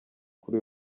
kuri